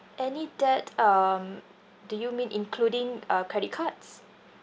any debt um do you mean including uh credit cards